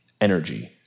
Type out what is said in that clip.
energy